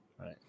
Right